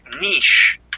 niche